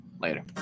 Later